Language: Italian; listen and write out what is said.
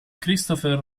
christopher